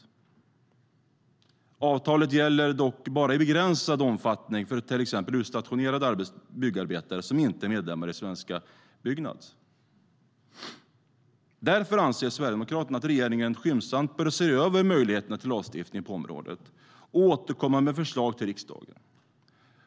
Avtalet gäller dock bara i begränsad omfattning för till exempel utstationerade byggarbetare som inte är medlemmar i svenska Byggnads.Därför anser Sverigedemokraterna att regeringen skyndsamt bör se över möjligheterna till lagstiftning på området och återkomma med förslag till riksdagen.